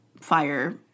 fire